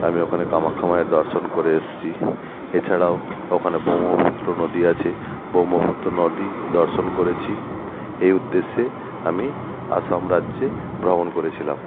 আমি ওখানে কামাখ্যা মায়ের দর্শন করে এসছি এছাড়াও ওখানে ব্রহ্মপুত্র নদী আছে ব্রহ্মপুত্ত নদী দর্শন করেছি এই উদ্দেশ্যে আমি আসাম রাজ্যে ভ্রমণ করেছিলাম